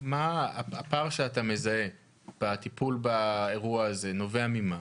הפער שאתה מזהה בטיפול באירוע הזה, נובע ממה?